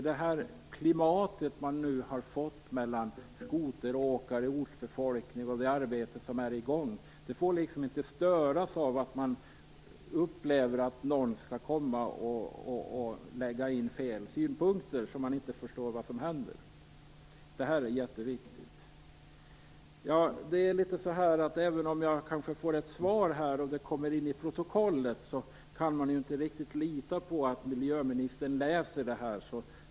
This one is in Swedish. Det klimat som har uppstått mellan skoteråkare och ortsbefolkning och det arbete som pågår får inte störas av att man upplever att någon lägger fram fel synpunkter så att man inte förstår vad som händer. Det är mycket viktigt. Även om jag kanske får ett svar och det kommer in i protokollet litar jag inte riktigt på att miljöministern läser det.